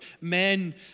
men